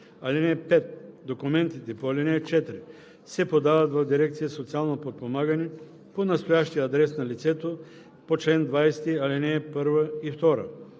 (5) Документите по ал. 4 се подават в дирекция „Социално подпомагане“ по настоящия адрес на лицето по чл. 20, ал. 1 и 2.